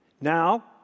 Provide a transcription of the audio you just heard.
Now